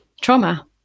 trauma